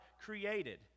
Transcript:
created